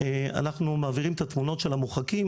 אנחנו מעבירים את התמונות של המורחקים